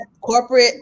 corporate